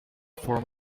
for